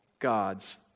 God's